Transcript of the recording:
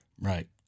Right